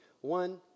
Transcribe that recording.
One